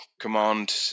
command